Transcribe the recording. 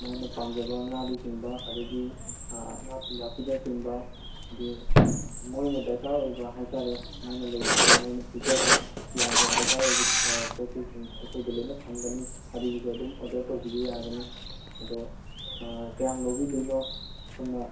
ꯃꯣꯏꯅ ꯄꯥꯝꯖꯕ ꯉꯥꯗꯒꯤꯆꯤꯡꯕ ꯑꯗꯨꯗꯒꯤ ꯉꯥ ꯊꯨꯝꯌꯥꯛꯄꯤꯅꯆꯤꯡꯕ ꯍꯥꯏꯗꯤ ꯃꯣꯏꯅ ꯗꯔꯀꯥꯔ ꯑꯣꯏꯕ ꯍꯥꯏꯇꯥꯔꯦ ꯃꯣꯏꯅ ꯂꯩꯕꯗ ꯅꯣꯏꯅ ꯄꯤꯖꯕ ꯌꯥꯕ ꯗꯔꯀꯥꯔ ꯑꯣꯏꯕ ꯄꯣꯠ ꯆꯩꯁꯤꯡ ꯑꯩꯈꯣꯏꯗ ꯂꯣꯏꯅ ꯐꯪꯒꯅꯤ ꯑꯗꯨꯒꯤꯁꯨ ꯑꯗꯨꯝ ꯑꯣꯔꯗꯔ ꯇꯧꯕꯤꯌꯨ ꯌꯥꯒꯅꯤ ꯑꯗꯣ ꯀꯌꯥꯝ ꯂꯧꯕꯤꯗꯣꯏꯅꯣ ꯁꯣꯝꯅ